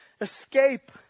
escape